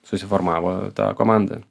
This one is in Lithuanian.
susiformavo tą komandą